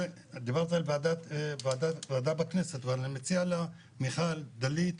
דיברת על ועדה בכנסת ואני מציע מיכל, דלית,